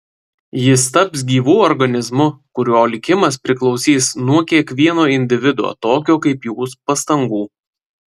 jis taps gyvu organizmu kurio likimas priklausys nuo kiekvieno individo tokio kaip jūs pastangų